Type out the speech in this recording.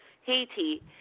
Haiti